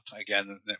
again